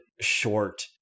short